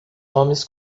homens